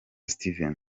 steven